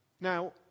Now